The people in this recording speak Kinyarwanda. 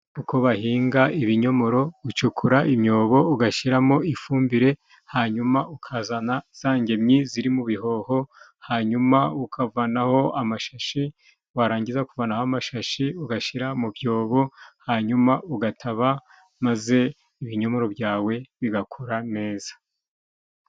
Uko bahinga ibinyomoro, ucukura imyobo ugashyiramo ifumbire, hanyuma ukazana za ngemwi ziri mu bihoho, hanyuma ukavanaho amashashi, warangiza kuvanaho amashashi ugashyira mu byobo, hanyuma ugataba maze ibinyomoro byawe bigakura neza.